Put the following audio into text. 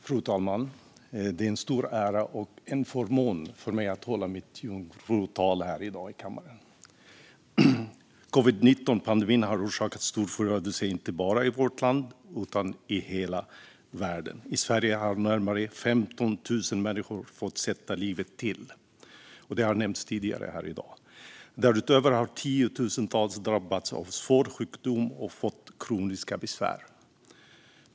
Fru talman! Det är en stor ära och en förmån för mig att hålla mitt jungfrutal här i dag i kammaren. Covid-19-pandemin har orsakat stor förödelse, inte bara i vårt land utan i hela världen. I Sverige har närmare 15 000 människor fått sätta livet till, som nämnts tidigare här i dag. Därutöver har tiotusentals drabbats av svår sjukdom och kroniska besvär.